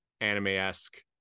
anime-esque